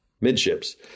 midships